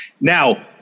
Now